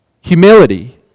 humility